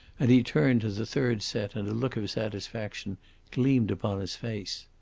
and he turned to the third set and a look of satisfaction gleamed upon his face.